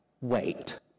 wait